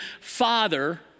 Father